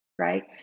Right